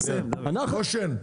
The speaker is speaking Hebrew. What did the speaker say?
גושן,